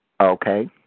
Okay